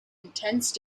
intense